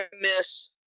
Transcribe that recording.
miss